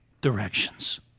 directions